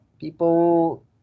people